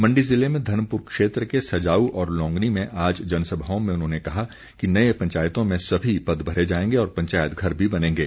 मण्डी जिले में धर्मपुर क्षेत्र के सजाऊ और लोंगणी में आज जनसभाओं में उन्होंने कहा कि नई पंचायतों में सभी पद भरे जाएंगे और पंचायत घर भी बनेंगे